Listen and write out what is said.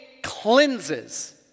cleanses